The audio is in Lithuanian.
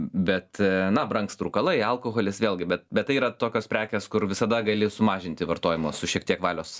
bet na brangs rūkalai alkoholis vėlgi bet bet tai yra tokios prekės kur visada gali sumažinti vartojimo su šiek tiek valios